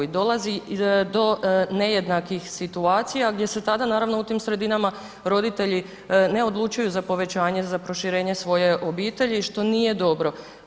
I dolazi do nejednakih situacija gdje se tada naravno u tim sredinama roditelji ne odlučuju za povećanje, za proširenje svoje obitelji što nije dobro.